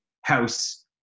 house